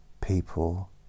people